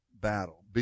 battle